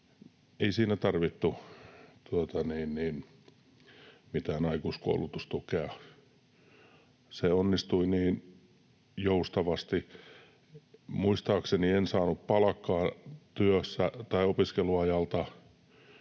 Ei siinä tarvittu mitään aikuiskoulutustukea, se onnistui niin joustavasti. Muistaakseni en saanut palkkaa opiskeluajalta,